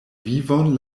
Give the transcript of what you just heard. vivon